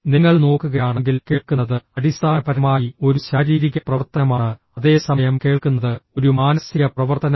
നിങ്ങൾ നോക്കുകയാണെങ്കിൽ കേൾക്കുന്നത് അടിസ്ഥാനപരമായി ഒരു ശാരീരിക പ്രവർത്തനമാണ് അതേസമയം കേൾക്കുന്നത് ഒരു മാനസിക പ്രവർത്തനമാണ്